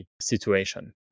situation